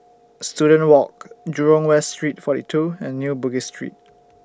Student Walk Jurong West Street forty two and New Bugis Street